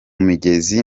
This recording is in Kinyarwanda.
migezi